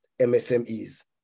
MSMEs